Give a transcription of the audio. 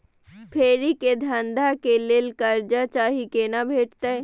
फेरी के धंधा के लेल कर्जा चाही केना भेटतै?